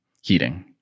heating